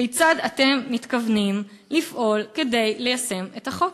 כיצד אתם מתכוונים לפעול כדי ליישם את החוק?